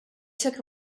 took